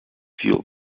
fuel